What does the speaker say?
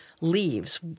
leaves